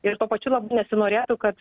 ir tuo pačiu labai nesinorėtų kad